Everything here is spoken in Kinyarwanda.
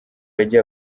yagiye